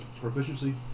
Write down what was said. proficiency